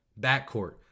backcourt